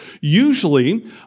Usually